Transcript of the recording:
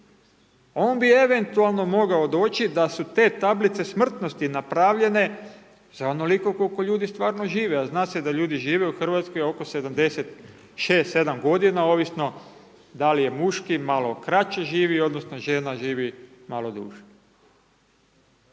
On bi eventualno mogao doći da su te tablice smrtnosti napravljene za onoliko koliko ljudi stvarno žive, a zna se da ljudi žive u Hrvatskoj oko 76, 7 godina, ovisno da li je muški, malo kraće živi, odnosno žena živi malo duže.